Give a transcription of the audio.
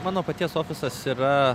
mano paties ofisas yra